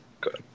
Good